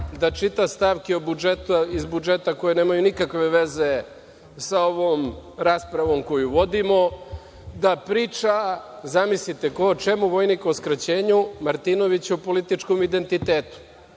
da čita stavke iz budžeta koji nemaju nikakve veze sa ovom raspravom koju vodimo, da priča, zamislite ko o čemu - vojnik o skraćenju, Martinović o političkom identitetu.